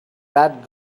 that